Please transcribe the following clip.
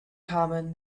common